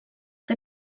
que